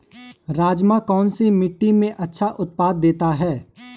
राजमा कौन सी मिट्टी में अच्छा उत्पादन देता है?